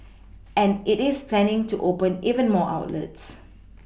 and it is planning to open even more outlets